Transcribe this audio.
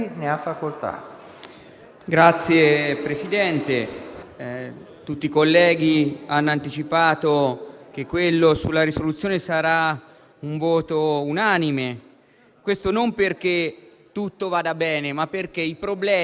significa che non si sarebbe potuto agire meglio. I Presidenti di Camera e Senato avevano chiesto a ogni Commissione, nella fase più calda dell'emergenza, di continuare a lavorare e di interrogarsi, per quanto di competenza, sulle